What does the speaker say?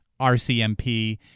RCMP